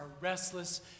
restless